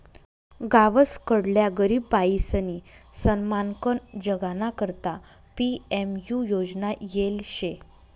गावसकडल्या गरीब बायीसनी सन्मानकन जगाना करता पी.एम.यु योजना येल शे